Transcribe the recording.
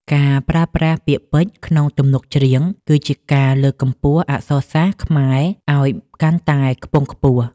ការប្រើប្រាស់ពាក្យពេចន៍ក្នុងទំនុកច្រៀង គឺជាការលើកកម្ពស់អក្សរសាស្ត្រខ្មែរឱ្យកាន់តែខ្ពង់ខ្ពស់។